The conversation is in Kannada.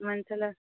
ಒಂದ್ಸಲ